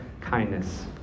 kindness